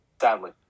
Sadly